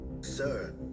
Sir